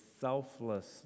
selfless